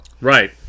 Right